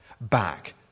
back